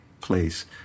place